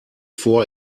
vor